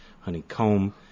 honeycomb